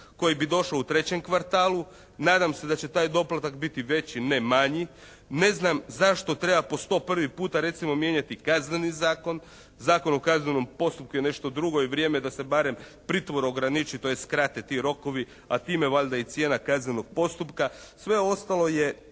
koji bi došao u trećem kvartalu. Nadam se da će taj doplatak biti veći, ne manji. Ne znam zašto treba po 101. puta recimo mijenjati Kazneni zakon, Zakon o kaznenom postupku je nešto drugo i vrijeme je da se barem pritvor ograniči tj. skrate ti rokovi, a time valjda i cijena kaznenog postupka. Sve ostalo je